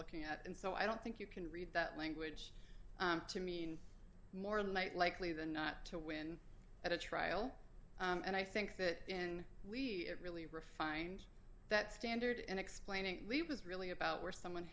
looking at and so i don't think you can read that language to mean more like likely than not to win at a trial and i think that in levy it really refined that standard in explaining it was really about where someone